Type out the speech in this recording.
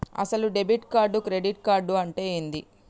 అసలు debit card credit card అంటే ఏంది?